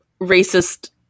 racist